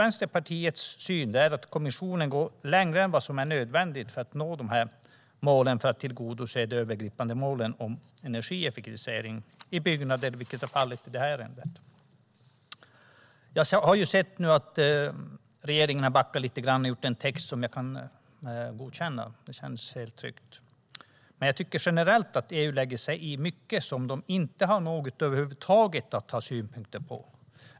Vänsterpartiets syn är att kommissionen går längre än vad som är nödvändigt för att nå de övergripande målen om energieffektivisering i byggnader, som det här ärendet gällde. Jag har nu sett att regeringen har backat lite grann och gjort en text som jag kan godkänna. Det känns helt tryggt. Men jag tycker generellt att EU lägger sig i mycket som de över huvud taget inte ska ha några synpunkter på.